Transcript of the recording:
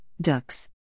ducks